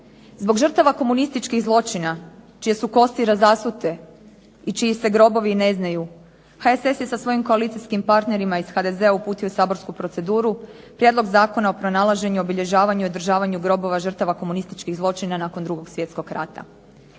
Zbog žrtava komunističkih zločina čije su kosti razasute i čiji se grobovi ne znaju, HSS je sa svojim koalicijskim partnerima iz HDZ-a uputio u saborsku proceduru Prijedlog Zakona o pronalaženju i obilježavanju i održavanju grobova žrtava komunističkih zločina nakon 2. svjetskog rata.